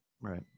right